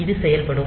இது செயல்படும்